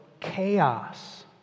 chaos